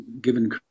given